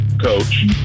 coach